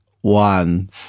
one